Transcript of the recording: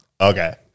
okay